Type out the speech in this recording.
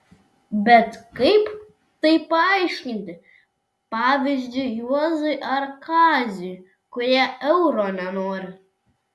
bet kaip tai paaiškinti pavyzdžiui juozui ar kaziui kurie euro nenori